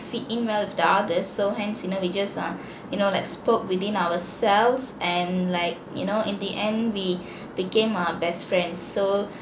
fit in well with the others so hence you know we just err you know like spoke within ourselves and like you know in the end we became err best friend so